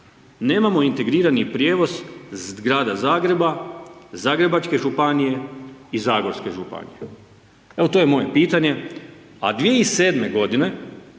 nemamo integrirani prijevoz grada Zagreba, Zagrebačke županije i zagorske županije? Evo to je moje pitanje. A 2007. godine